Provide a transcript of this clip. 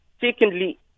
Secondly